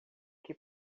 que